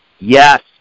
Yes